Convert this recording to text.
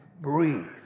breathe